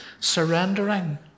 Surrendering